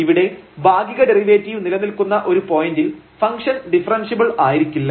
ഇവിടെ ഭാഗിക ഡെറിവേറ്റീവ് നിലനിൽക്കുന്ന ഒരു പോയിന്റിൽ ഫംഗ്ഷൻ ഡിഫറെൻഷ്യബിൾ ആയിരിക്കില്ല